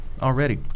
already